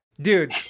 Dude